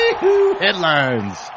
Headlines